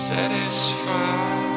Satisfied